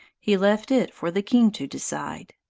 he left it for the king to decide.